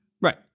Right